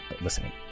listening